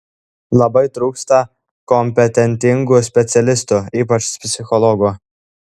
labai trūksta kompetentingų specialistų ypač psichologų